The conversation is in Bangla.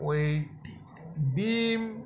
ওই ডিম